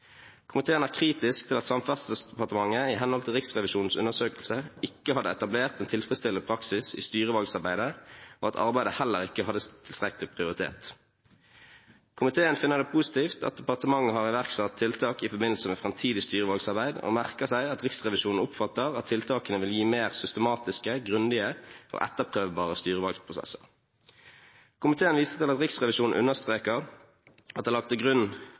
at Samferdselsdepartementet i henhold til Riksrevisjonens undersøkelse ikke hadde etablert en tilfredsstillende praksis i styrevalgarbeidet, og at arbeidet heller ikke hadde tilstrekkelig prioritet Komiteen finner det positivt at departementet har iverksatt tiltak i forbindelse med fremtidig styrevalgsarbeid, og merker seg at Riksrevisjonen oppfatter at tiltakene vil gi mer systematiske, grundige, og etterprøvbare styrevalgsprosesser. Komiteen viser til at Riksrevisjonen understreker at det er lagt til grunn